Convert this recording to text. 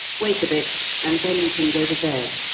wait a bit, and then you can go to bed.